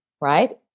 right